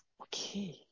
Okay